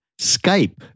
Skype